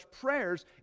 prayers